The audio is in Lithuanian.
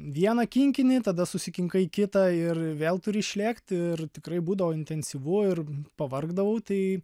vieną kinkinį tada susikinkai kitą ir vėl turi išlėkt ir tikrai būdavo intensyvu ir pavargdavau tai